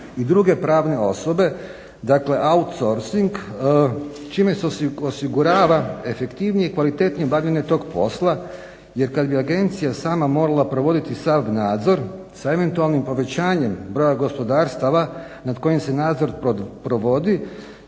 i druge pravne osobe dakle outsourcing čime se osigurava efektivnije i kvalitetnije bavljenje tog posla jer kada bi agencija sama morala provoditi sav nadzor sa eventualnim povećanjem broja gospodarstava nad kojim se nadzor provodi